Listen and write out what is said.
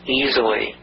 easily